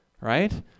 right